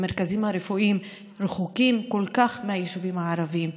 המרכזים הרפואיים רחוקים כל כך מהיישובים הערביים.